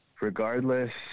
regardless